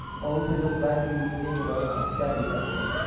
बहुत से लोग बैंक लूटने के दौरान हत्या भी करते हैं